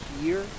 year